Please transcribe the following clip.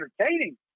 entertaining